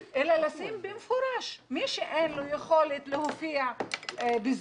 אלא לשים במפורש שמי שאין לו יכולת להופיע ב"זום",